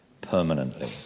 Permanently